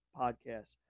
podcasts